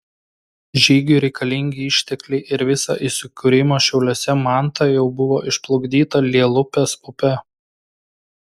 žygiui reikalingi ištekliai ir visa įsikūrimo šiauliuose manta jau buvo išplukdyta lielupės upe